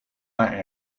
naar